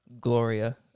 Gloria